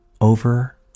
over